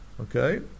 okay